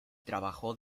trabajó